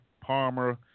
Palmer